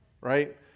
right